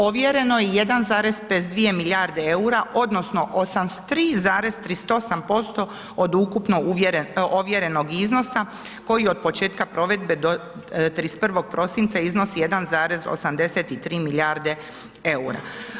Ovjereno je 1,52 milijarde EUR-a odnosno 83,38% od ukupno ovjerenog iznosa koji od početka provedbe do 31. prosinca iznosi 1,83 milijarde EUR-a.